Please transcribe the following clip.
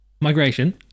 migration